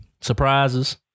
surprises